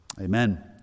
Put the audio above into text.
Amen